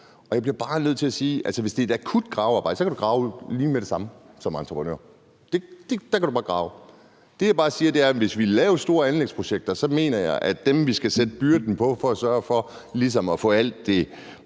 Jeg bliver bare nødt til at sige, at hvis det er et akut gravearbejde, kan du som entreprenør grave lige med det samme. Der kan du bare grave. Det, jeg bare siger, er, at hvis vi laver store anlægsprojekter, mener jeg at dem, vi skal lægge byrden på med at sørge for ligesom at få alt det